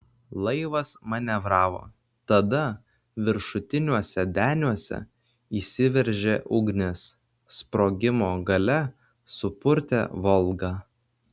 laivas manevravo tada viršutiniuose deniuose išsiveržė ugnis sprogimo galia supurtė volgą